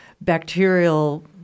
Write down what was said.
bacterial